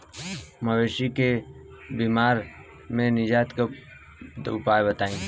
मवेशी के बिमारी से निजात के उपाय बताई?